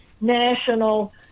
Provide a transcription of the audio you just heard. national